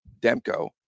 Demko